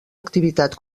activitat